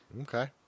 Okay